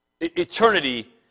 Eternity